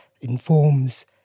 informs